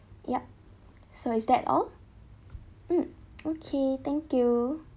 yup so is that all um okay thank you